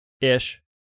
Ish